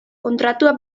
kontratua